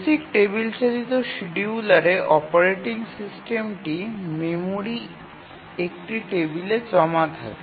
basic table চালিত শিডিয়ুলারে operating সিস্টেমটি মেমরির একটি টেবিলে জমা থাকে